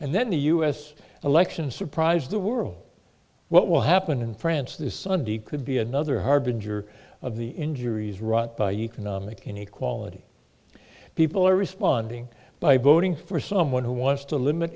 and then the us election surprised the world what will happen in france this sunday could be another harbinger of the injuries wrought by economic inequality people are responding by voting for someone who wants to limit